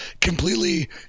completely